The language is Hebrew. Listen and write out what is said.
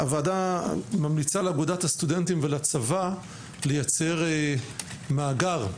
הוועדה ממליצה לאגודת הסטודנטים ולצבא לייצר מאגר,